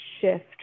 shift